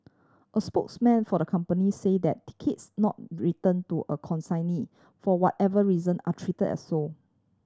a spokesman for the company say that tickets not return to a consignee for whatever reason are treat as sold